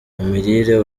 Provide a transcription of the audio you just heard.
mirire